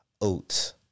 oats